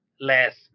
less